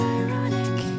ironic